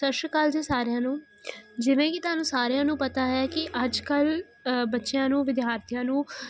ਸਤਿ ਸ਼੍ਰੀ ਅਕਾਲ ਜੀ ਸਾਰਿਆਂ ਨੂੰ ਜਿਵੇਂ ਕਿ ਤੁਹਾਨੂੰ ਸਾਰਿਆਂ ਨੂੰ ਪਤਾ ਹੈ ਕਿ ਅੱਜ ਕੱਲ੍ਹ ਬੱਚਿਆਂ ਨੂੰ ਵਿਦਿਆਰਥੀਆਂ ਨੂੰ